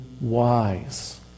wise